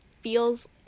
feels